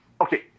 okay